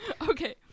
Okay